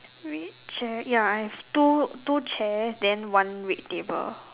red chair ya I have two two chair then one red table